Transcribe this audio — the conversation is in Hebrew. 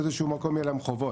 באיזשהו מקום יהיו חובות.